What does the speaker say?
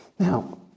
Now